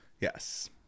yes